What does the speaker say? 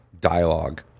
dialogue